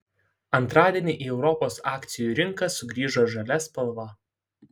antradienį į europos akcijų rinką sugrįžo žalia spalva